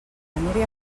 núria